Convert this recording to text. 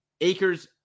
acres